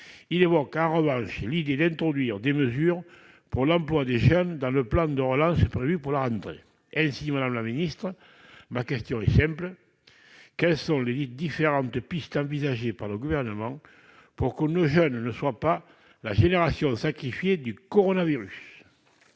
Il évoque en revanche l'idée d'introduire des mesures pour l'emploi des jeunes dans le plan de relance prévu pour la rentrée. Madame la secrétaire d'État, ma question est simple : quelles sont les différentes pistes envisagées par le Gouvernement pour que nos jeunes ne soient pas la « génération sacrifiée du coronavirus »